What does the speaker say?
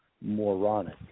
moronic